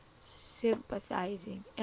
sympathizing